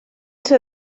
ser